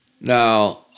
Now